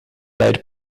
led